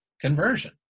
conversion